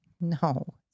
No